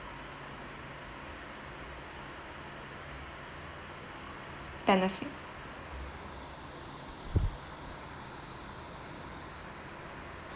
benefit